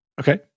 okay